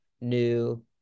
new